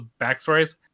backstories